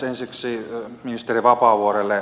ensiksi ministeri vapaavuorelle